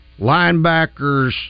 linebackers